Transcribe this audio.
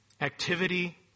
activity